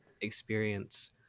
experience